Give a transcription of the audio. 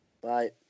Bye